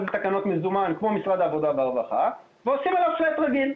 כולן תקנות מזומן כמו משרד העבודה והרווחה ועושים עליו "פלאט" רגיל.